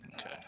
Okay